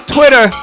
Twitter